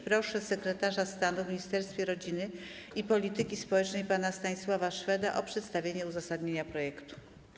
Proszę sekretarza stanu w Ministerstwie Rodziny i Polityki Społecznej pana Stanisława Szweda o przedstawienie uzasadnienia projektu.